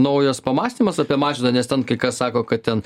naujas pamąstymas apie mažvydą nes ten kai kas sako kad ten